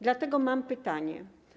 Dlatego mam pytanie.